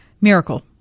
Miracle